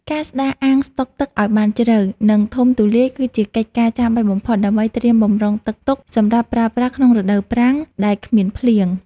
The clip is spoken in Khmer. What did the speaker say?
ការស្តារអាងស្តុកទឹកឱ្យបានជ្រៅ និងធំទូលាយគឺជាកិច្ចការចាំបាច់បំផុតដើម្បីត្រៀមបម្រុងទឹកទុកសម្រាប់ប្រើប្រាស់ក្នុងរដូវប្រាំងដែលគ្មានភ្លៀង។